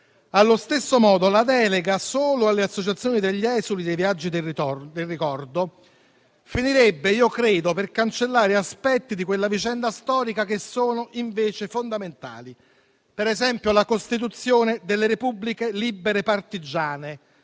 Allo stesso modo la delega solo alle associazioni degli esuli dei Viaggi del ricordo finirebbe - io credo - per cancellare aspetti di quella vicenda storica che sono invece fondamentali; per esempio, la costituzione delle Repubbliche libere partigiane,